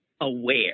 aware